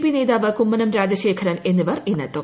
P നേതാവ് കുമ്മനം രാജശേഖരൻ എന്നിവർ ഇന്നെത്തും